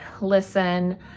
listen